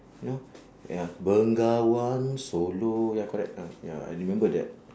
you know ya bengawan solo ya correct ah ya I remember that